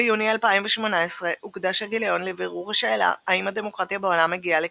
ביוני 2018 הוקדש הגיליון לבירור השאלה אם הדמוקרטיה בעולם הגיעה לקצה,